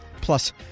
Plus